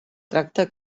tracte